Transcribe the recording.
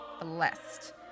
blessed